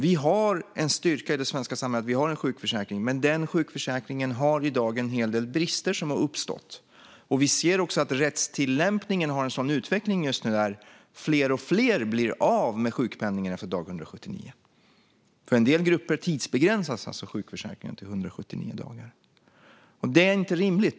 Vi har i det svenska samhället en styrka i att vi har en sjukförsäkring, men sjukförsäkringen har i dag en hel del brister som har uppstått. Vi ser också att utvecklingen av rättstillämpningen just nu är sådan att fler och fler blir av med sjukpenningen efter dag 179. För en del grupper tidsbegränsas alltså sjukförsäkringen till 179 dagar. Det är inte rimligt.